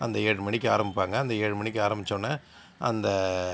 அந்த ஏழு மணிக்கு ஆரம்பிப்பாங்கள் அந்த ஏழு மணிக்கு ஆரம்பிச்சவொடன்னே அந்த